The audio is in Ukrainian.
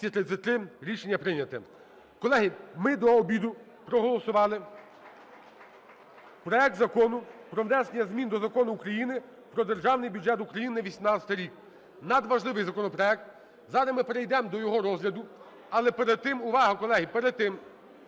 Рішення прийнято. Колеги, ми до обіду проголосували проект Закону про внесення змін до Закону України "Про Державний бюджет України на 2018 рік" – надважливий законопроект. Зараз ми перейдемо до його розгляду. Але перед тим, увага, колеги! Перед тим